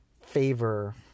favor